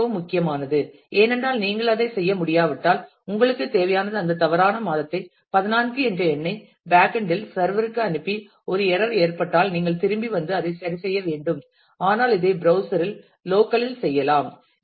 இது மிகவும் முக்கியமானது ஏனென்றால் நீங்கள் அதைச் செய்ய முடியாவிட்டால் உங்களுக்குத் தேவையானது அந்த தவறான மாதத்தை 14 என்ற எண்ணை பேகெண்ட் இல் சர்வர் ற்கு அனுப்பி ஒரு எரர் ஏற்பட்டால் நீங்கள் திரும்பி வந்து அதை சரிசெய்ய வேண்டும் ஆனால் இதை ப்ரௌஸ்சர் இல் லோக்கல் இல் செய்யலாம்